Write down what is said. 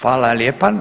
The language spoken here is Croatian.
Hvala lijepa.